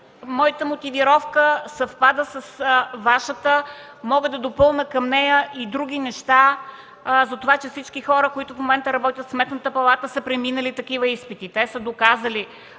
Моята мотивировка съвпада с Вашата. Мога да допълня към нея и други неща – това, че всички хора, които в момента работят в Сметната палата, са преминали такива изпити. Те са доказали